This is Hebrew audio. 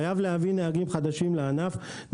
חייבים להביא נהגים חדשים לענף.